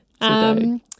Today